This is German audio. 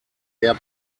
der